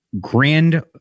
grand